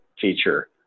feature